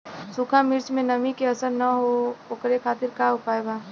सूखा मिर्चा में नमी के असर न हो ओकरे खातीर का उपाय बा?